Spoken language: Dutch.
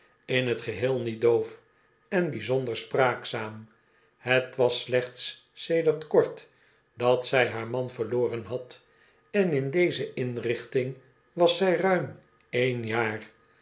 in t geheel niet doof en bijzonder spraakzaam het was slechts sedert kort dat zij haar man verloren had en in deze inrichting was zij ruim één jaar